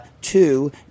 Two